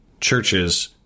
churches